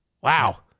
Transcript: Wow